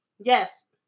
Yes